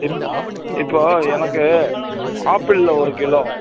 இப் இப்போது எனக்கு ஆப்பிளில் ஒரு கிலோ